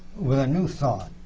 with a new thought?